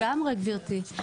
לגמרי, גברתי.